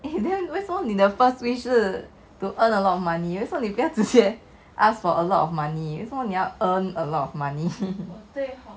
eh then 为什么你的 first wish 是 to earn a lot of money 为什么你不要直接 ask for a lot of money 为什么你要 earn a lot of money